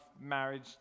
marriage